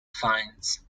finds